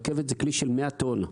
רכבת זה כלי של 100 טון.